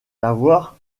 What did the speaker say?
l’avoir